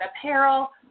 Apparel